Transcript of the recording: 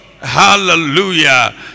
Hallelujah